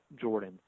Jordan